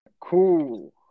cool